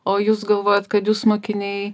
o jūs galvojat kad jus mokiniai